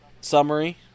summary